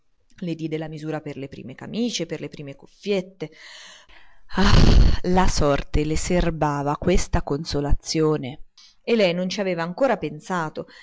le diede la misura per le prime camicine per le prime cuffiette ah la sorte le serbava questa consolazione e lei non ci aveva ancora pensato